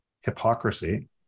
hypocrisy